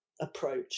approach